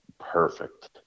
perfect